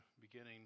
beginning